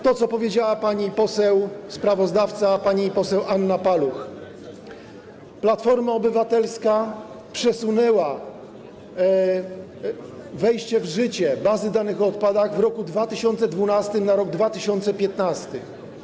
To, co powiedziała pani poseł sprawozdawca, pani poseł Anna Paluch: Platforma Obywatelska przesunęła termin wejścia w życie bazy danych o odpadach w roku 2012 na rok 2015.